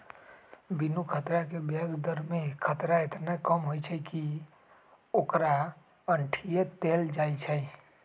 बिनु खतरा के ब्याज दर में खतरा एतना कम होइ छइ कि ओकरा अंठिय देल जाइ छइ